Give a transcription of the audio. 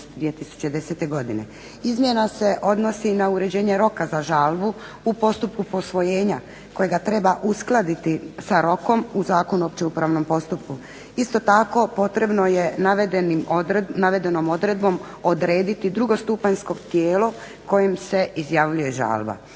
Izmjena se odnosi na uređenje roka za žalbu u postupku posvojenja kojega treba uskladiti sa rokom u Zakonu o općem upravnom postupku. Isto tako, potrebno je navedenom odredbom odrediti drugostupanjsko tijelo kojem se izjavljuje žalba.